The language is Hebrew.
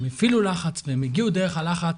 הם הפעילו לחץ והם הגיעו דרך הלחץ,